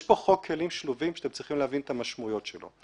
יש בחוק כלים שלובים שאתם צריכים להבין את המשמעות שלו.